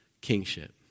kingship